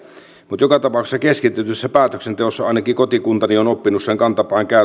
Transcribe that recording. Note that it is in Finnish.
mutta joka tapauksessa keskitetyssä päätöksenteossa ainakin kotikuntani on oppinut kantapään